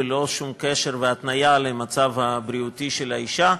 בלא שום קשר והתניה למצב הבריאותי של האישה.